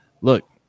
Look